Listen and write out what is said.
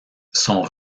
son